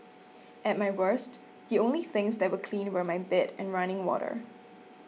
at my worst the only things that were clean were my bed and running water